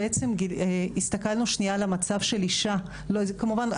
בעצם הסתכלנו שנייה על המצב של אישה כמובן,